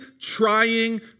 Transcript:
trying